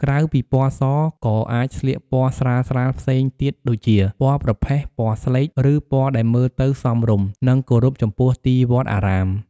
ក្រៅពីពណ៌ស ក៏អាចស្លៀកពណ៌ស្រាលៗផ្សេងទៀតដូចជា ពណ៌ប្រផេះ ពណ៌ស្លេក ឬពណ៌ ដែលមើលទៅសមរម្យ និងគោរពចំពោះទីវត្តអារាម។